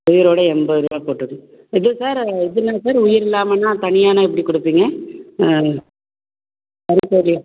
உயிரோடு எண்பது ரூபா போட்டிருக்கு இது சார் இதுலைங்க சார் உயிர் இல்லாமனால் தனியானால் எப்படி கொடுப்பீங்க கருங்கோழி